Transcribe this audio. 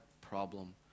problem